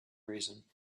reason